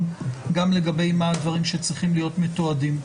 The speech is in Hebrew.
גם לגבי מה הדברים שצריכים להיות מתועדים.